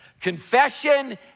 Confession